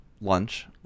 lunch